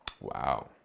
Wow